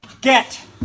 Get